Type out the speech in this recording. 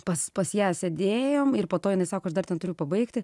pas pas ją sėdėjom ir po to jinai sako aš dar ten turiu pabaigti